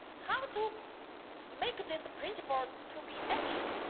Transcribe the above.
how to make this principle to be action,